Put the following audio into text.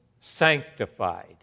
sanctified